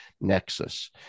nexus